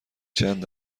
چند